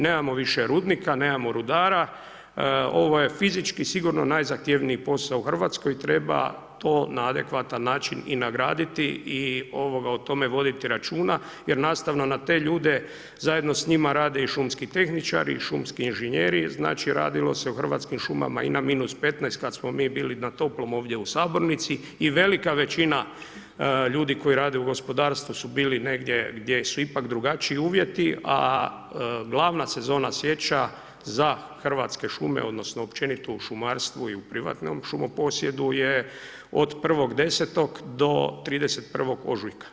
Nemamo više rudnika, nemamo rudara, ovoj je fizički sigurno najzahtjevniji posao u RH i treba to na adekvatan način i nagraditi i o tome voditi računa jer nastavno na te ljude zajedno s njima rade i šumski tehničari i šumski inženjeri, znači radilo se u Hrvatskim šumama i na -15, kad smo mi bili na toplom ovdje u sabornici i velika većina ljudi koji rade u gospodarstvu su bili negdje gdje su ipak drugačiji uvjeti, a glavna sezona sječa za Hrvatske šume, odnosno općenito u šumarstvu i u privatnom šumoposjedu je od 01.10. do 31. ožujka.